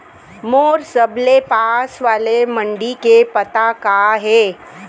मोर सबले पास वाले मण्डी के पता का हे?